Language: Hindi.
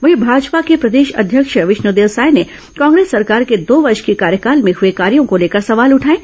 वहीं भाजपा के प्रदेश अध्यक्ष विष्णुदेव साय ने कांग्रेस सरकार के दो वर्ष के कार्यकाल में हुए कार्यों को लेकर सवाल उठाए हैं